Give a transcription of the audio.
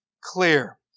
clear